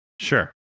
Sure